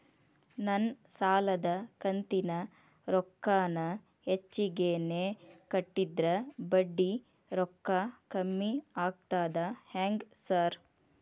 ನಾನ್ ಸಾಲದ ಕಂತಿನ ರೊಕ್ಕಾನ ಹೆಚ್ಚಿಗೆನೇ ಕಟ್ಟಿದ್ರ ಬಡ್ಡಿ ರೊಕ್ಕಾ ಕಮ್ಮಿ ಆಗ್ತದಾ ಹೆಂಗ್ ಸಾರ್?